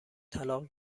طلاق